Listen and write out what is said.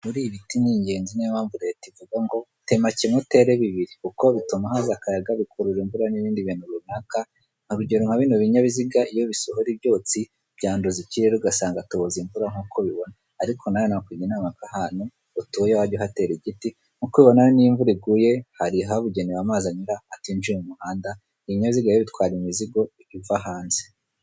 Buriya ibiti ni ingenzi niyo mpamvu leta ivuga ngo tema kimwe utere bibiri kuko bituma haza akayaga, bikurura imvura n'ibinti bintu runaka; urugero nka bino binyabiziga ubona iyo bisohora ibyotsi byanduza ikirere ugasanga tubuze imvura nk'uko ubibona ariko nawe nakugira inama ko ahantu utuye wajya uhatera igiti nk'uko ubibona, rero iyo imvura iguye hari ahabugenewe amazi anyura atinjiyr mu muhanda, ibi binyabiziga rero bitwara imizigo iva hanze.